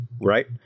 Right